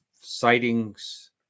sightings